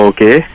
Okay